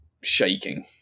shaking